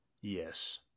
Yes